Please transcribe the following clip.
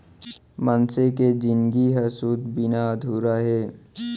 मनसे के जिनगी ह सूत बिना अधूरा हे